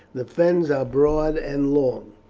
the fens are broad and long,